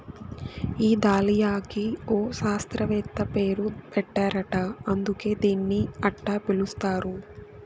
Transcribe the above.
ఈ దాలియాకి ఒక శాస్త్రవేత్త పేరు పెట్టారట అందుకే దీన్ని అట్టా పిలుస్తారు